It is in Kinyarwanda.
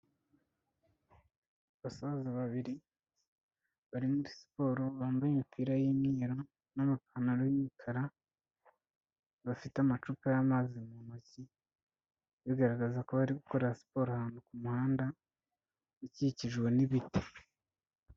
Abasaza babiri bari muri siporo bambaye imipira y'imyeru n'amapantaro y'imikara, bafite amacupa y'amazi mu ntoki, bigaragaza ko bari gukorera siporo ahantu ku muhanda ikikijwe n'ibiti.